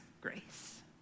grace